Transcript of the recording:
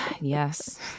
Yes